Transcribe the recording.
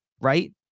right